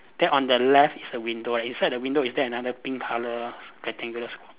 then on the left is a window inside the window is there another pink colour rectangular s~